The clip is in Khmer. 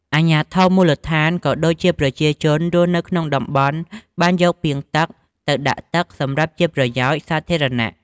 អាជ្ញាធរមូលដ្ឋាន ក៏ដូចជាប្រជាជនរស់នៅក្នុងតំបន់បានយកពាងទឹកទៅដាក់ទឹកសម្រាប់ជាប្រយោជន៍សាធារណៈ។